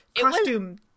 costume